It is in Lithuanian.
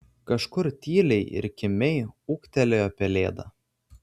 kažkur tyliai ir kimiai ūktelėjo pelėda